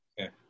okay